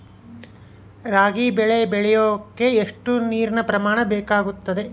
ರಾಗಿ ಬೆಳೆ ಬೆಳೆಯೋಕೆ ಎಷ್ಟು ನೇರಿನ ಪ್ರಮಾಣ ಬೇಕಾಗುತ್ತದೆ?